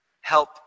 help